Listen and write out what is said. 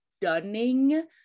stunning